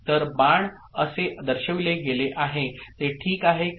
तर बाण असे दर्शविले गेले आहे ते ठीक आहे का